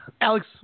Alex